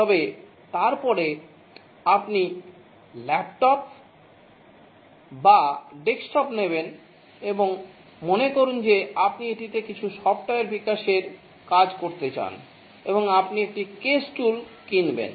তবে তারপরে আপনি ল্যাপটপ বা ডেস্কটপ নেবেন এবং মনে করুন যে আপনি এটিতে কিছু সফ্টওয়্যার বিকাশেরকাজ করতে চান এবং আপনি একটি কেস টুল কিনবেন